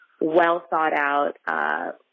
well-thought-out